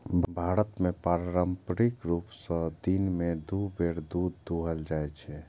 भारत मे पारंपरिक रूप सं दिन मे दू बेर दूध दुहल जाइ छै